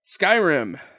Skyrim